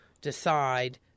decide